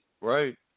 Right